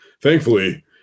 thankfully